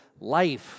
life